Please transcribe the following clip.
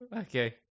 Okay